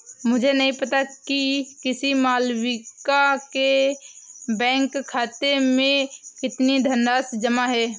मुझे नही पता कि किसी मालविका के बैंक खाते में कितनी धनराशि जमा है